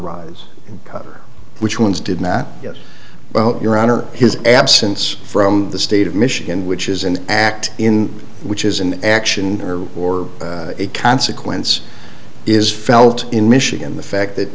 rise and which ones did not yes your honor his absence from the state of michigan which is an act in which is an action or a consequence is felt in michigan the fact that